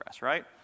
right